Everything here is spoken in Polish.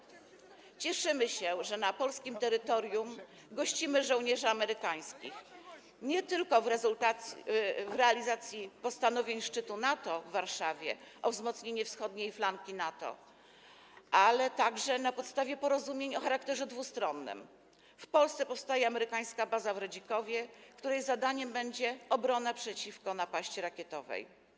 Cieszymy się, że na polskim terytorium gościmy żołnierzy amerykańskich, nie tylko w rezultacie realizacji postanowień szczytu NATO w Warszawie o wzmocnieniu wschodniej flanki NATO, ale także na podstawie porozumień o charakterze dwustronnym - w Polsce powstaje amerykańska baza w Redzikowie, której zadaniem będzie obrona przeciwko napaści rakietowej.